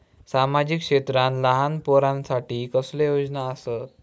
सामाजिक क्षेत्रांत लहान पोरानसाठी कसले योजना आसत?